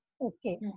Okay